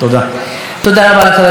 בשם סיעת יהדות התורה,